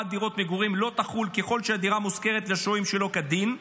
דירות מגורים לא תחול ככל שהדירה מושכרת לשוהים שלא כדין.